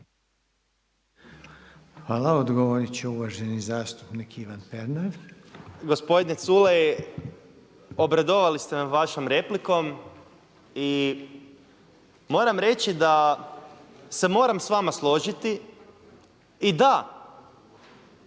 Hvala. Odgovorit će uvaženi zastupnik Ivan Pernar. **Pernar, Ivan (Abeceda)** Gospodine Culej, obradovali ste me vašom replikom i moram reći da se moram sa vama složiti. I da,